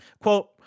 Quote